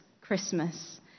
Christmas